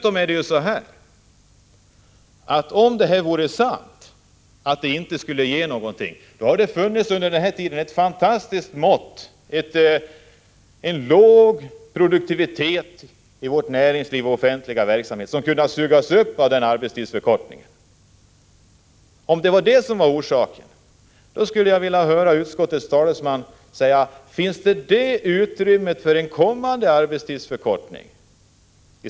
Om det vore sant att en arbetstidsförkortning inte skulle ge arbete åt fler har det under lång tid i näringslivet och i den offentliga verksamheten funnits en fantastiskt låg produktivitet, som har kunnat sugas upp av arbetsförkortningen. Om det var orsaken, skulle jag vilja fråga utskottets talesman om det finns utrymme för en kommande arbetstidsförkortning.